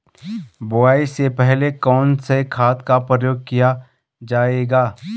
बुआई से पहले कौन से खाद का प्रयोग किया जायेगा?